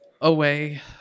away